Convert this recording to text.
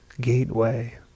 gateway